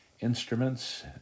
instruments